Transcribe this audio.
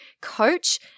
coach